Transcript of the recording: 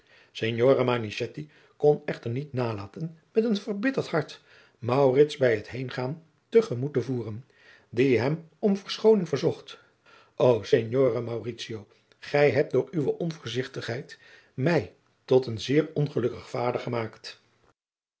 manichetti kon echter niet nalaten met een verbitterd hart maurits bij het heengaan te gemoet te voeren die hem om verschooning verzocht o signore mauritio gij hebt door uwe onvoorzigtigheid mij tot een zeer ongelukkig vader gemaakt